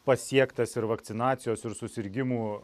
pasiektas ir vakcinacijos ir susirgimų